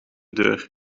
deur